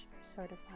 Certified